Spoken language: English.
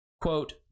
quote